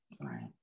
Right